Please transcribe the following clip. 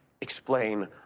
explain